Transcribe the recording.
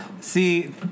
see